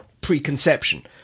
preconception